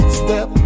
step